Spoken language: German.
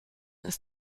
ist